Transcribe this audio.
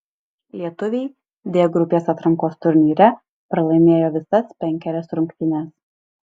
lietuviai d grupės atrankos turnyre pralaimėjo visas penkerias rungtynes